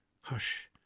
hush